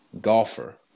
golfer